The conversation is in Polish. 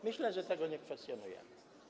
Myślę, że tego nie kwestionujemy.